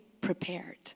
prepared